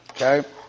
Okay